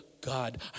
God